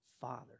Father